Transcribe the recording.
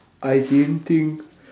I didn't think